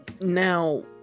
Now